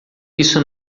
isso